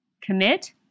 Commit